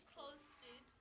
posted